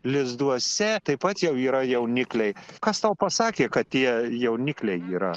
lizduose taip pat jau yra jaunikliai kas tau pasakė kad tie jaunikliai yra